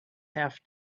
half